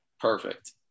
perfect